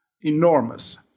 enormous